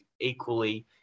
equally